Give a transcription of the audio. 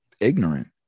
ignorant